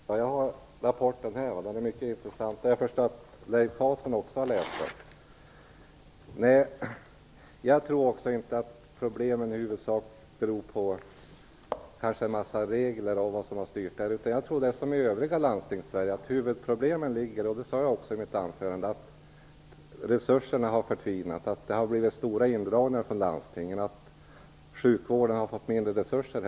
Herr talman! Jag har rapporten här, och den är mycket intressant. Jag förstår att Leif Carlson också har läst den. Jag tror inte heller att problemen i huvudsak beror på en mängd regler. Jag tror att det är som i det övriga Landstingssverige att huvudproblemen beror på att resurserna har förtvinat. Det sade jag också i mitt anförande. Det har gjorts stora indragningar från landstingen, och sjukvården har helt enkelt fått mindre resurser.